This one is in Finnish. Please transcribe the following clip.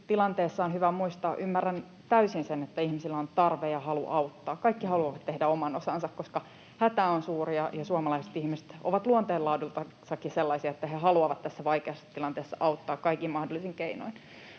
tarkemmin vastaamaan. Ymmärrän täysin sen, että ihmisillä on tarve ja halu auttaa. Kaikki haluavat tehdä oman osansa, koska hätä on suuri, ja suomalaiset ihmiset ovat luonteenlaadultansakin sellaisia, että he haluavat tässä vaikeassa tilanteessa auttaa kaikin mahdollisin keinoin.